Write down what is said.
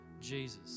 Jesus